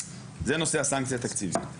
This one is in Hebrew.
זה נושא הסקציה התקציבית,